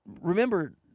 Remember